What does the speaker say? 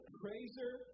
praiser